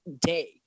day